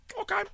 Okay